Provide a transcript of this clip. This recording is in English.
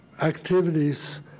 activities